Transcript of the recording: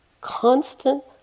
constant